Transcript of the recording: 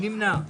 מי נמנע?